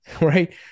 right